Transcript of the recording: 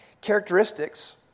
characteristics